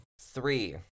three